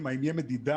יותר רשמית,